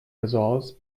results